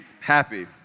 happy